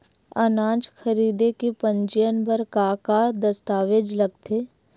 अनाज खरीदे के पंजीयन बर का का दस्तावेज लगथे?